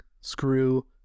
screw